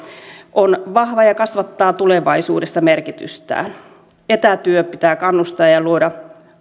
on vahva ja kasvattaa tulevaisuudessa merkitystään etätyötä pitää kannustaa ja ja luoda